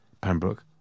Pembroke